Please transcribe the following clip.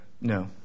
No